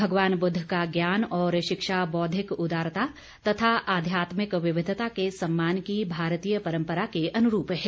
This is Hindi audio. भगवान बुद्ध का ज्ञान और शिक्षा बौद्धिक उदारता तथा आध्यात्मिक विविधता के सम्मान की भारतीय परम्परा के अनुरूप है